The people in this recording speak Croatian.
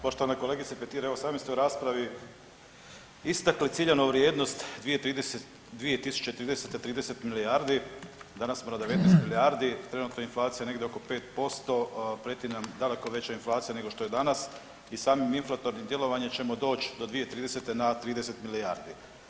Poštovana kolegice Petir evo sami ste u raspravi istakli ciljanu vrijednost 2030., 30 milijardi danas smo na 19 milijardi trenutno je inflacija negdje oko 5%, prijeti nam daleko veća inflacija nego što je danas i samim inflatornim djelovanjem ćemo doći do 2030. na 30 milijardi.